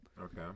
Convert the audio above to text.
okay